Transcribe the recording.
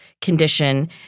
condition